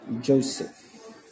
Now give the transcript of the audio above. Joseph